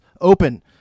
open